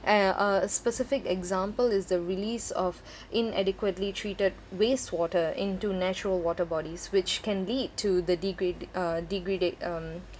a~ uh specific example is the release of inadequately treated wastewater into natural water bodies which can lead to the degrade uh degradi~ um